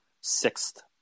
sixth